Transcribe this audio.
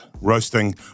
roasting